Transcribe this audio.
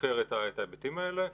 שסוקר את ההיבטים האלה,